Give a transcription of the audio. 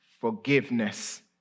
forgiveness